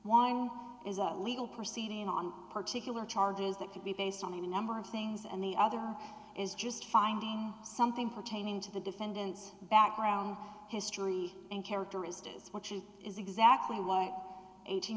one is a legal proceeding on particular charges that could be based on a number of things and the other is just finding something pertaining to the defendant's background history and characterized as what she is exactly what eighteen